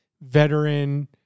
veteran